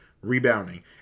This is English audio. rebounding